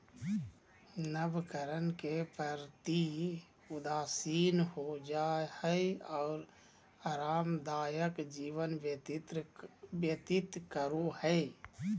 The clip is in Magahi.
नवकरण के प्रति उदासीन हो जाय हइ और आरामदायक जीवन व्यतीत करो हइ